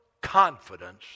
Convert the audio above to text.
confidence